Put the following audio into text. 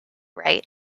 right